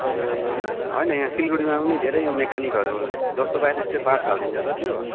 ए होइन यहाँ सिलगढीमा पनि धेरै यो म्याकेनिकहरू जस्तो पायो त्यस्तै पार्ट्स हालिदिन्छ त त्यो